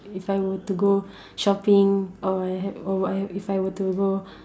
if I were to go shopping or had or I if I were to go